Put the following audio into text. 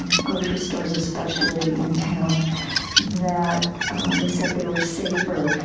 grocery stores, especially in town that they said they were safer.